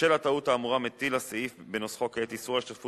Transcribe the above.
בשל הטעות האמורה מטיל הסעיף בנוסחו כעת איסור על השתתפות